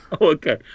okay